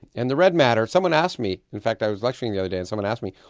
and the red matter, someone asked me. in fact i was lecturing the other day and someone asked me,